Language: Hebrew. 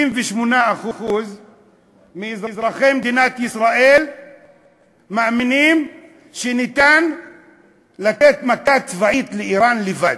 68% מאזרחי מדינת ישראל מאמינים שאפשר לתת מכה צבאית לאיראן לבד.